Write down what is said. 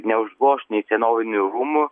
neužgoš nei senovinių rūmų